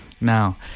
Now